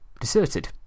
deserted